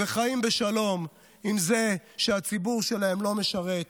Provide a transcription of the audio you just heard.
וחיים בשלום עם זה שהציבור שלהם לא משרת,